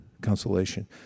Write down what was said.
Consolation